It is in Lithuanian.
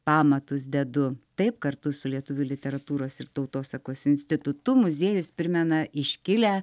pamatus dedu taip kartu su lietuvių literatūros ir tautosakos institutu muziejus primena iškilią